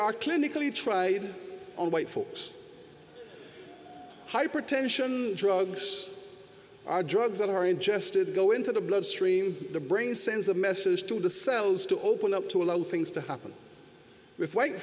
are clinically tried on white folks hypertension drugs are drugs that are ingested go into the bloodstream the brain sends a message to the cells to open up to allow things to happen with white